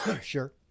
Sure